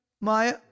Maya